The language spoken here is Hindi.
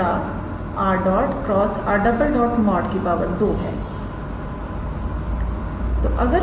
2 है